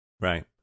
Right